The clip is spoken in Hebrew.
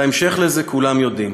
את ההמשך של זה כולנו יודעים.